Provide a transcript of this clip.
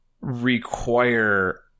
require